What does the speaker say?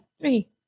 three